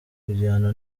kugirana